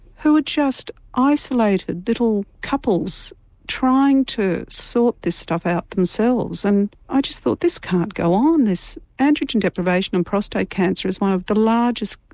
who were just isolated couples trying to sort this stuff out themselves. and i just thought this can't go on, this androgen deprivation and prostate cancer is one of the largest,